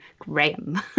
graham